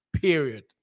Period